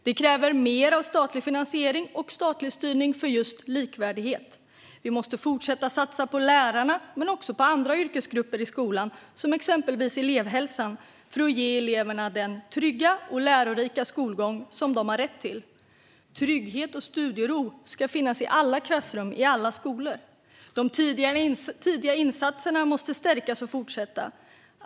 Det kräver mer av statlig finansiering och statlig styrning för just likvärdighet. Vi måste fortsätta satsa på lärarna men också på andra yrkesgrupper i skolan, exempelvis elevhälsan, för att ge eleverna den trygga och lärorika skolgång de har rätt till. Trygghet och studiero ska finnas i alla klassrum och på alla skolor. De tidiga insatserna måste också stärkas och fortsätta.